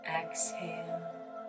exhale